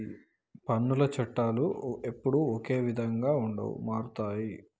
పన్నుల చట్టాలు ఎప్పుడూ ఒకే విధంగా ఉండవు మారుతుంటాయి